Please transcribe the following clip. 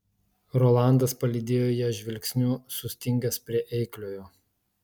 rolandas palydėjo ją žvilgsniu sustingęs prie eikliojo